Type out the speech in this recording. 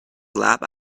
lab